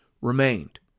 remained